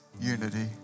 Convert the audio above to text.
unity